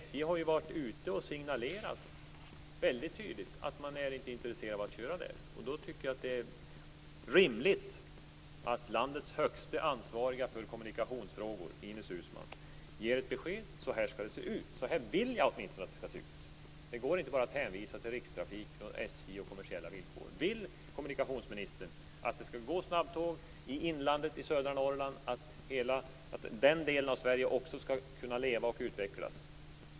SJ har ju väldigt tydligt signalerat att man inte är intresserad av att köra där. Då tycker jag att det är rimligt att landets högsta ansvariga för kommunikationsfrågor, Ines Uusmann, ger ett besked om hur det skall se ut. Hon borde åtminstone ge ett besked om hur hon vill att det skall se ut. Det går inte bara att hänvisa till Rikstrafiken, SJ och kommersiella villkor. Vill kommunikationsministern att det skall gå snabbtåg i inlandet i södra Norrland och att den delen av Sverige också skall kunna leva och utvecklas?